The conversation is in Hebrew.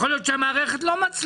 יכול להיות שהמערכת לא מצליחה.